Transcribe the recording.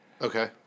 Okay